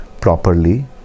properly